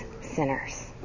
sinners